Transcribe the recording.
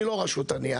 אני לא רשות ענייה.